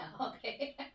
okay